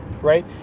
right